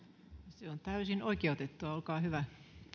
se on täysin oikeutettua olkaa hyvä